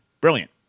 brilliant